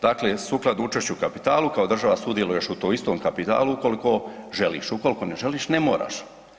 Dakle, sukladno učešću u kapitalu kao država sudjeluješ u tom istom kapitalu ukoliko želiš, ukoliko ne želiš ne moraš.